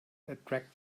attract